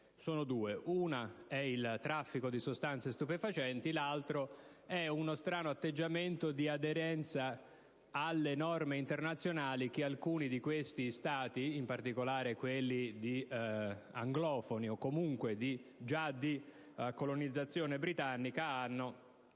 da un lato, il traffico di sostanze stupefacenti; dall'altro, uno strano atteggiamento di aderenza alle norme internazionali che alcuni di questi Stati, in particolare quelli anglofoni o comunque di colonizzazione britannica, hanno